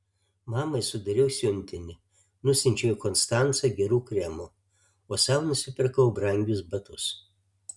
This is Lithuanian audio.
mamai sudariau siuntinį nusiunčiau į konstancą gerų kremų o sau nusipirkau brangius batus